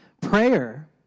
Prayer